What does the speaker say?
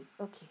Okay